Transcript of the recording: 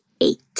eight